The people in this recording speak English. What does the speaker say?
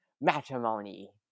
matrimony